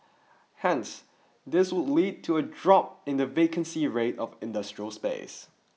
hence this would lead to a drop in the vacancy rate of industrial space